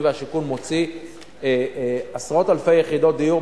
והשיכון מוציא עשרות אלפי יחידות דיור.